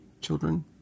children